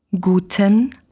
Guten